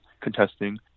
contesting